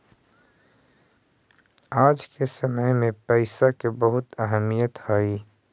आज के समय में पईसा के बहुत अहमीयत हई